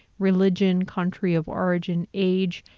religion, country of origin, age,